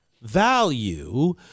value